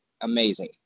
amazing